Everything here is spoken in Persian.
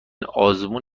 آزمون